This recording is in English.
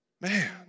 Man